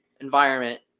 environment